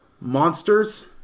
Monsters